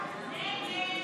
54 בעד, 60 נגד.